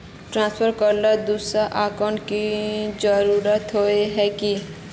Transfer करेला दोसर account की जरुरत होय है की?